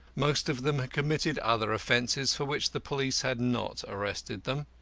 most of them had committed other offences for which the police had not arrested them.